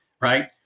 right